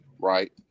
right